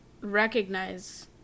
recognize